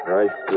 Right